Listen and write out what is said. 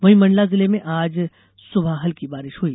वहीं मंडला जिले में आज सुबह हल्की बारिश हुई